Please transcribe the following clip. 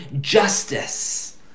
justice